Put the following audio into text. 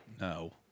No